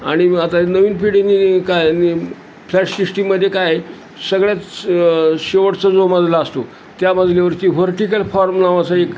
आणि आता नवीन पिढीनी काय फ्लॅट सिष्टटीमध्ये काय आहे सगळ्यात शेवटचा जो मजला असतो त्या मजल्यावरती व्हर्टिकल फॉर्म नावाच एक